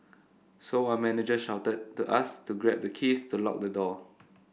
so our manager shouted to us to grab the keys to lock the door